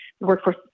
workforce